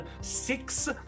six